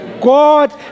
God